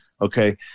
okay